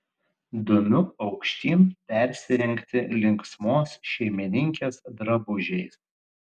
dumiu aukštyn persirengti linksmos šeimininkės drabužiais